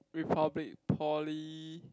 Republic-Poly